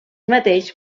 mateix